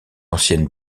ancienne